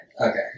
okay